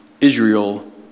Israel